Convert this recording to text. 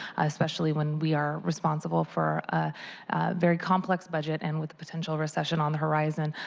especially when we are responsible for a very complex budget and with a potential recession on the horizon.